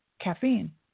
caffeine